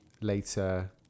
later